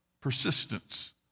persistence